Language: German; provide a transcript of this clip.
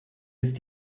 ist